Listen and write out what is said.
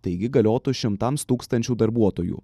taigi galiotų šimtams tūkstančių darbuotojų